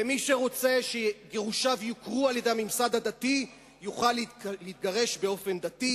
ומי שרוצה שגירושיו יוכרו על-ידי הממסד הדתי יוכל להתגרש באופן דתי,